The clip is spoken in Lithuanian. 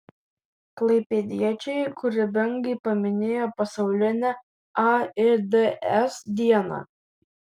klaipėdiečiai kūrybingai paminėjo pasaulinę aids dieną